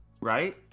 right